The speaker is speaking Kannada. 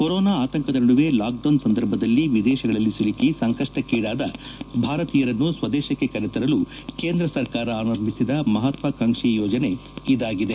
ಕೊರೊನಾ ಆತಂಕದ ನಡುವೆ ಲಾಕ್ಡೌನ್ ಸಂದರ್ಭದಲ್ಲಿ ವಿದೇಶಗಳಲ್ಲಿ ಸಿಲುಕಿ ಸಂಕಷ್ಟಕೇಡಾದ ಭಾರತೀಯರನ್ನು ಸ್ವದೇಶಕ್ಕೆ ಕರೆತರಲು ಕೇಂದ್ರ ಸರ್ಕಾರ ಆರಂಭಿಸಿದ ಮಹತ್ವಕಾಂಕ್ಷಿ ಯೋಜನೆ ಇದಾಗಿದೆ